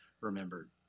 remembered